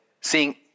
seeing